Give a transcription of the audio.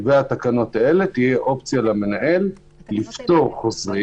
והתקנות האלה תהיה למנהל אופציה לפטור חוזרים